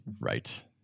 right